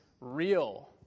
real